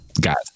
got